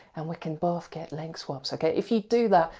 and we can both get link swaps. okay, if you do that,